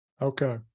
Okay